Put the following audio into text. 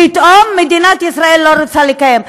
פתאום מדינת ישראל לא רוצה לקיים.